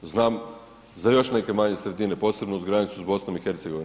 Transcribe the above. Znam za još neke manje sredine, posebno uz granicu sa BiH.